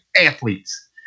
athletes